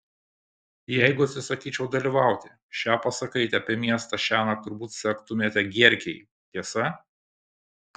jeigu atsisakyčiau dalyvauti šią pasakaitę apie miestą šiąnakt turbūt sektumėte gierkei tiesa